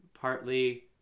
Partly